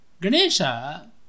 Ganesha